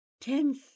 tense